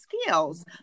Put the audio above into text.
skills